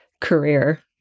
career